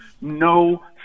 no